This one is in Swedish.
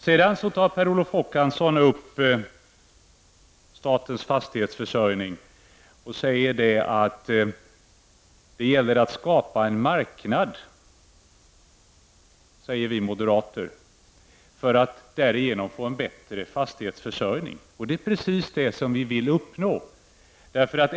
Per Olof Håkansson tar upp statens fastighetsförsörjning och säger att vi moderater har sagt att det gäller att skapa en marknad för att därigenom få en bättre fastighetsförsörjning. Det är precis det som vi vill uppnå.